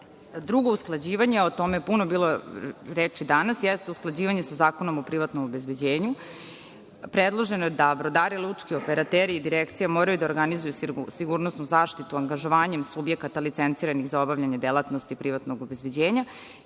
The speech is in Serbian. usklađivanje, o tome je puno bilo reči danas, jeste usklađivanje sa Zakonom o privatnom obezbeđenju. Predloženo je da brodari, lučki operateri i direkcija moraju da organizuju sigurnosnu zaštitu angažovanjem subjekata licenciranih za obavljanje ove delatnosti privatnog obezbeđenja.